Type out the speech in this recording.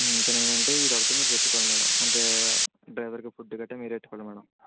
ఇంకా నేనంటే ఇది ఒక్కటే మీరు పెట్టుకోవాలి మేడం డ్రైవర్కి ఫుడ్ గట్రా మీరే పెట్టుకోవాలి మేడం